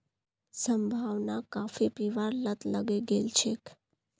संभावनाक काफी पीबार लत लगे गेल छेक